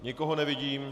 Nikoho nevidím.